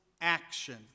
action